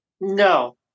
no